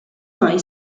mai